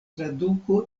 traduko